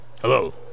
Hello